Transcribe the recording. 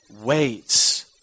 waits